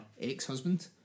ex-husband